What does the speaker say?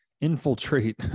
infiltrate